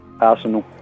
Arsenal